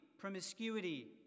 Promiscuity